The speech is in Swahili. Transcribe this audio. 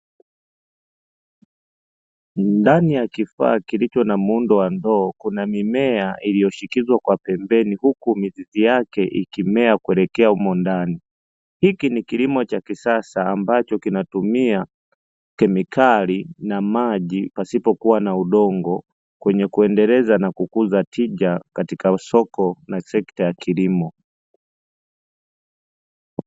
Ndani ya kifaa kilicho na muundo wa ndoo kuna mimea iliyoshikizwa kwa pembeni huku mizizi yake ikimea kuelekea humo ndani. Hiki ni kilimo cha kisasa, ambacho kinatumia kemikali na maji pasipokuwa na udongo, kwenye kuendeleza na kukuza tija katika soko sekta ya kilimo.